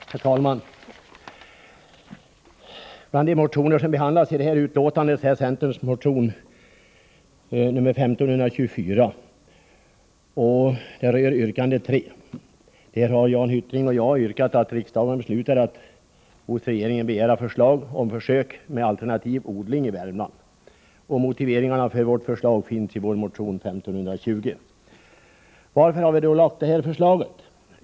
Herr talman! Bland de motioner som behandlas i detta utlåtande finns centerns motion nr 1524, yrkande 3, där Jan Hyttring och jag yrkar att riksdagen beslutar att hos regeringen begära förslag om försök med alternativ odling i Värmland. Motiveringarna för vårt förslag finns i vår motion 1520. Varför har vi då väckt detta förslag?